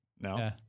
No